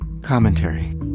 Commentary